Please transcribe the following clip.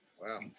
Wow